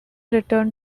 returned